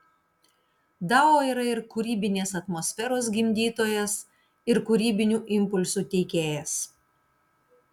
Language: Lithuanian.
dao yra ir kūrybinės atmosferos gimdytojas ir kūrybinių impulsų teikėjas